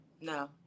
no